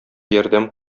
ярдәм